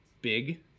big